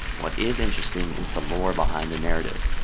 what is interesting is the lore behind the narrative.